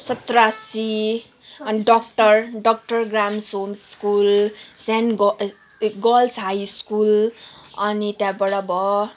सत्रासि अनि doctor doctor Graham's homes school saint a girls high school अनि त्यहाँबाट भयो